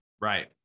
Right